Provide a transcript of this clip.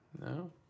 No